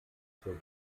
für